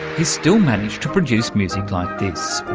he still managed to produce music like this,